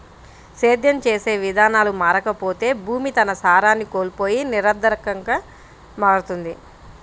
సేద్యం చేసే విధానాలు మారకపోతే భూమి తన సారాన్ని కోల్పోయి నిరర్థకంగా మారుతుంది